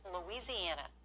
Louisiana